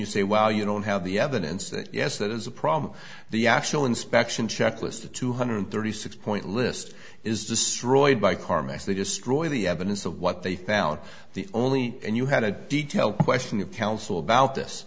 you say well you don't have the evidence yes that is a problem the actual inspection checklist a two hundred thirty six point list is destroyed by karma as they destroy the evidence of what they found the only and you had a detailed question of counsel about this